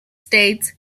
states